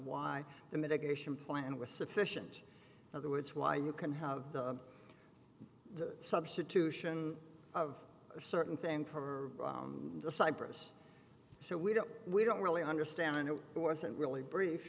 why the mitigation plan was sufficient other words why you can have the substitution of a certain thing for the cyprus so we don't we don't really understand it wasn't really brief